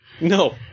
No